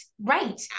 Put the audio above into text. right